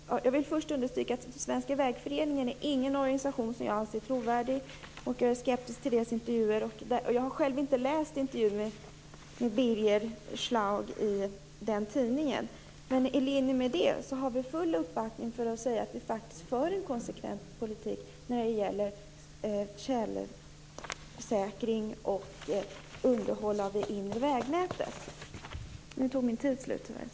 Jag vill också understryka att Svenska vägföreningen inte är någon organisation som jag anser trovärdig. Jag är skeptisk till dess intervjuer. Jag har själv inte läst intervjun med Birger Schlaug i vägföreningens tidning. Men i linje med detta har vi full uppbackning för att säga att vi för en konsekvent politik när det gäller tjälsäkring och underhåll av det inre vägnätet. Nu tog min taletid tyvärr slut.